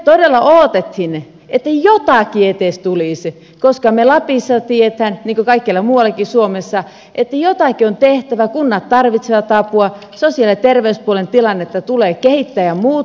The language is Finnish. me todella odotimme että edes jotakin tulisi koska me lapissa tiedämme niin kuin kaikkialla muuallakin suomessa että jotakin on tehtävä kunnat tarvitsevat apua sosiaali ja terveyspuolen tilannetta tulee kehittää ja muuttaa